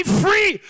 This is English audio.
free